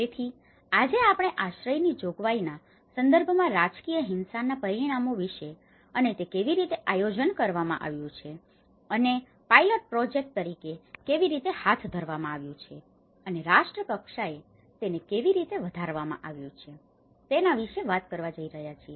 તેથી આજે આપણે આશ્રયની જોગવાઈના સંદર્ભમાં રાજકીય હિંસાના પરિણામો વિશે અને તે કેવી રીતે આયોજન કરવામાં આવ્યું છે અને પાઇલટ પ્રોજેક્ટ તરીકે કેવી રીતે હાથ ધરવામાં આવ્યું છે અને રાષ્ટ્ર કક્ષાએ તેને કેવી રીતે વધારવામાં આવ્યું છે તેના વિશે વાત કરવા જઈ રહ્યા છીએ